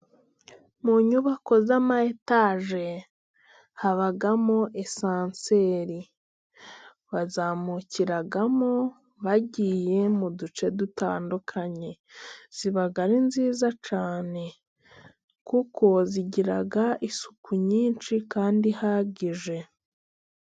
Mu nyubako z'amatage habamo esanseri. Bazamukiramo bagiye mu duce dutandukanye. Ziba ari nziza cyane kuko bazigira isuku nyinshi kandi ihagije.